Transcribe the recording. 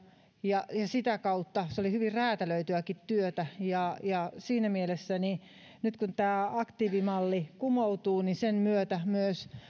ja sitä kautta se oli hyvin räätälöityäkin työtä siinä mielessä nyt kun tämä aktiivimalli kumoutuu sen myötä myös